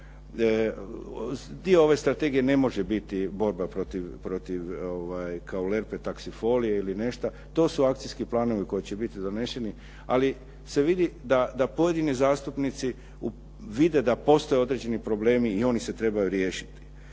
Dio ove strategije ne može biti borba protiv kaulerpe taksifolije ili nešto, to su akcijski planovi koji će biti doneseni, ali se vidi da pojedini zastupnici vide da postoje određeni problemi i oni se trebaju riješiti.